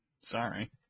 Sorry